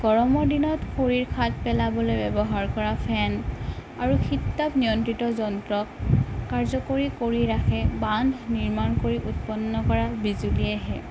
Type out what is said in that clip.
গৰমৰ দিনত শৰীৰ শাঁত পেলাবলৈ ব্যৱহাৰ কৰা ফেন আৰু শীত তাপ নিয়ন্ত্ৰিত যন্ত্ৰক কাৰ্যকৰি ৰাখে বান্ধ নিৰ্মাণ কৰি উৎপন্ন কৰা বিজুলিয়েহে